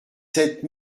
sept